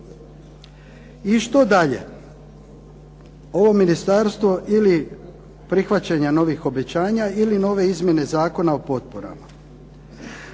I što dalje? Ovo ministarstvo ili prihvaćenja novih obećanja ili nove izmjene Zakona o potporama.